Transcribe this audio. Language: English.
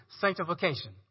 sanctification